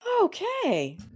Okay